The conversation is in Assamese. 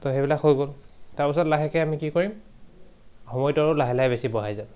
তো সেইবিলাক হৈ গ'ল তাৰপিছত লাহেকৈ আমি কি কৰিম সময়টো আৰু লাহে লাহে বেছি বঢ়াই যাম